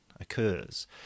occurs